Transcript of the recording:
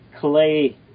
clay